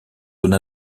zone